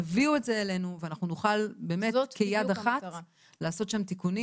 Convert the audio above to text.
תביאו את זה אלינו ואנחנו נוכל באמת כיד אחת לעשות שם תיקונים.